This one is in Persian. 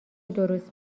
درست